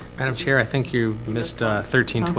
madam chair, i think you missed thirteen